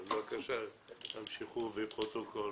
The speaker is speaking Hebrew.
בבקשה תמשיכו בפרוטוקול